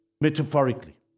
metaphorically